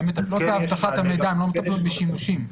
הן מטפלות באבטחת המידע, הן לא מטפלות בשימושים.